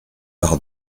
par